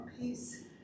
peace